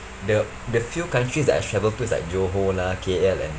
the the few countries that I've traveled to is like johor lah K_L and